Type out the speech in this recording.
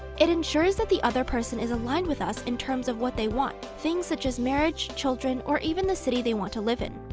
it ensures that the other person is aligned with us in terms of what they want things such as marriage, children, or even the city they want to live in.